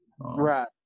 Right